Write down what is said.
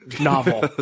novel